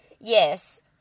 Yes